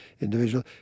individual